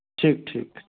ठीक ठीक